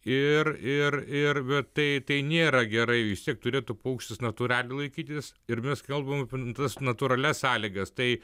ir ir ir bet tai tai nėra gerai vis tiek turėtų paukštis natūraliai laikytis ir mes kalbam apie tas natūralias sąlygas tai